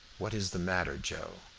what is the matter, joe?